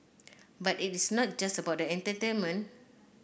but it is not just about the entertainment